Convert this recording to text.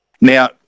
Now